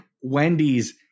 Wendy's